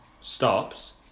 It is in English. Stops